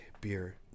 beer